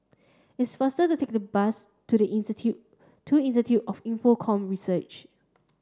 it's faster to take the bus to the Institute to Institute of Infocomm Research